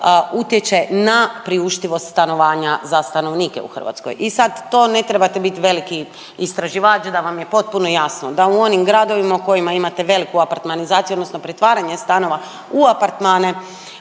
utječe na priuštivost stanovanja za stanovnike u Hrvatskoj. I sad to ne trebate bit veliki istraživač da vam je potpuno jasno da u onim gradovima u kojima imate veliku apartmanizaciju odnosno pretvaranje stanova u apartmane